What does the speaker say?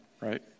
right